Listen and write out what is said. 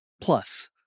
Plus